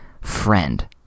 friend